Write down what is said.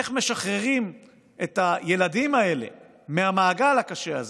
איך משחררים את הילדים האלה מהמעגל הקשה הזה?